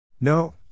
No